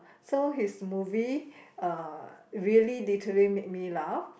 so his movie uh really literally make me laugh